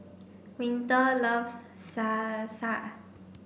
Winter loves Salsa